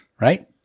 right